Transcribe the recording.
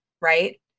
right